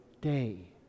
day